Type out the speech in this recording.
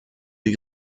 des